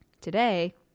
Today